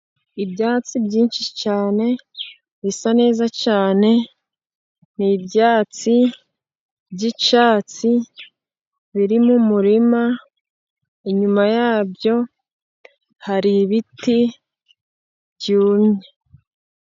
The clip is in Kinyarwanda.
Ibyatsi byinshi cyane bisa neza cyane n' ibyatsi by' icatsi biri mu murima inyuma yabyo hari ibiti byumye.